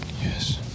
Yes